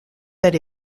that